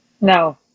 No